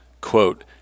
quote